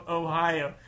ohio